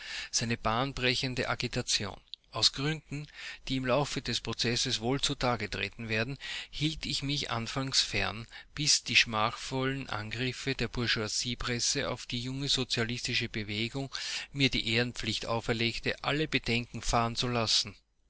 seine bahnbrechende agitation aus gründen die im laufe des prozesses wohl zutage treten werden hielt ich mich anfangs fern bis die schmachvollen angriffe der bourgeoispresse auf die junge sozialistische bewegung mir die ehrenpflicht auferlegten alle bedenken fahren zu lassen